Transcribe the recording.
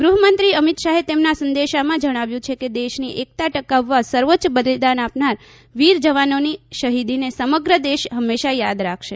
ગૃહમંત્રી અમિત શાહે તેમના સંદેશામાં જણાવ્યું છે કે દેશની એકતા ટકાવવા સર્વોચ્ય બલિદાન આપનાર વીર જવાનોની શહિદીને સમગ્ર દેશ હંમેશા યાદ રાખશે